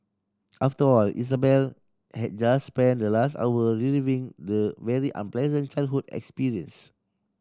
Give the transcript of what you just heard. after all Isabel had just spent the last hour reliving the very unpleasant childhood experience